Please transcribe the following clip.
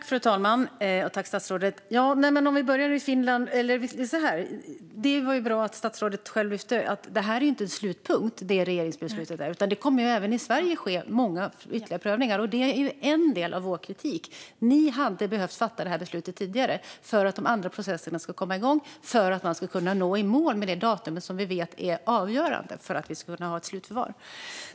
Fru talman! Det är bra att statsrådet tog upp att regeringsbeslutet inte är en slutpunkt. Även i Sverige kommer många ytterligare prövningar att ske. Det är en del av vår kritik. Ni hade behövt fatta detta beslut tidigare för att de andra processerna ska komma igång och för att man ska kunna gå i mål med det datum som vi vet är avgörande för att vi ska kunna få ett slutförvar.